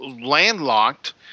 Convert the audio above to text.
landlocked